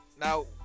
now